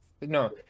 No